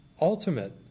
ultimate